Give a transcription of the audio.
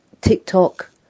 TikTok